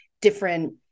different